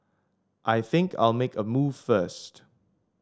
I think I'll make a move first